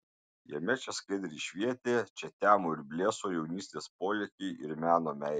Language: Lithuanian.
jame čia skaidriai švietė čia temo ir blėso jaunystės polėkiai ir meno meilė